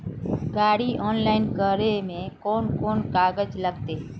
गाड़ी ऑनलाइन करे में कौन कौन कागज लगते?